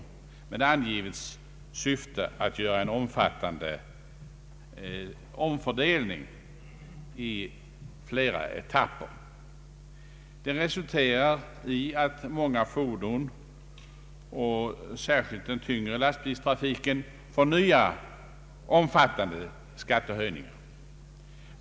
Det angivna syftet är att göra en omfattande omfördelning i flera etapper. Den resulterar i att många fordon, särskilt den tyngre lastbilstrafiken, får nya, omfattande skattehöjningar.